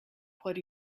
what